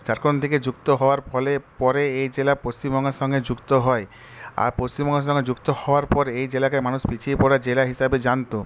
ঝাড়খণ্ড থেকে যুক্ত হওয়ার ফলে পরে এই জেলা পশ্চিমবঙ্গের সঙ্গে যুক্ত হয় আর পশ্চিমবঙ্গের সঙ্গে যুক্ত হওয়ার পরে এই জেলাকে মানুষ পিছিয়ে পড়া জেলা হিসেবে জানত